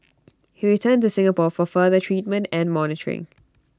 he returned to Singapore for further treatment and monitoring